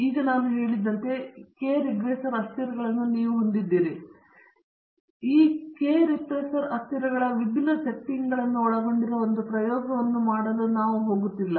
ಈಗ ನಾನು ಹೇಳಿದಂತೆ ಕೆ ರೆಗ್ರೆಸರ್ ಅಸ್ಥಿರಗಳನ್ನು ನೀವು ಹೊಂದಿದ್ದೀರಿ ಆದರೆ ನೀವು ಈ ಕೆ ರೆಪ್ರೆಸರ್ ಅಸ್ಥಿರಗಳ ವಿಭಿನ್ನ ಸೆಟ್ಟಿಂಗ್ಗಳನ್ನು ಒಳಗೊಂಡಿರುವ ಒಂದು ಪ್ರಯೋಗವನ್ನು ಮಾಡಲು ಹೋಗುತ್ತಿಲ್ಲ